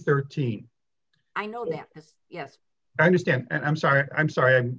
thirteen i know that yes i understand and i'm sorry i'm sorry